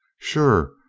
sure,